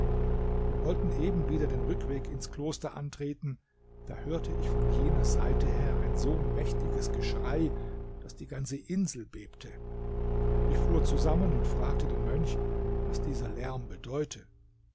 wir wollten eben wieder den rückweg ins kloster antreten da hörte ich von jener seite her ein so mächtiges geschrei daß die ganze insel bebte ich fuhr zusammen und fragte den mönch was dieser lärm bedeute